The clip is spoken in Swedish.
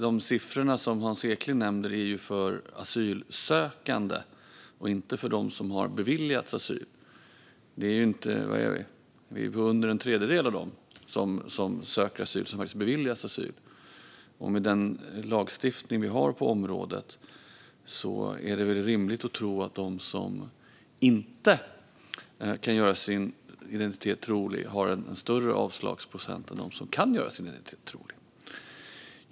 De siffror som Hans Eklind nämner är för asylsökande och inte för dem som har beviljats asyl. Det är mindre än en tredjedel av dem som söker asyl som beviljas asyl, och med den lagstiftning vi har på området är det rimligt att tro att de som inte kan göra sin identitet trolig har en större avslagsprocent än de som kan göra sin identitet trolig.